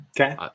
Okay